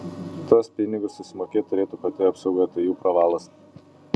tuos pinigus susimokėt turėtų pati apsauga tai jų pravalas